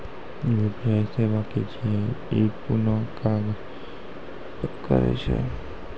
UPI सेवा की छियै? ई कूना काज करै छै?